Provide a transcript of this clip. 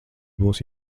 būs